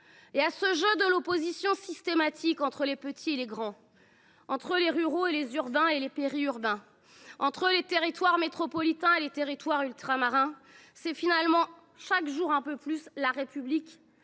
Ce jeu de l’opposition systématique entre les petits et les grands, entre les ruraux, les urbains et les périurbains, entre les territoires métropolitains et ultramarins, fracture et divise chaque jour un peu plus la République.